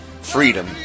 freedom